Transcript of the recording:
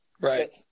Right